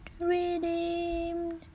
redeemed